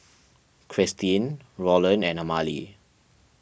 Kristyn Rolland and Amalie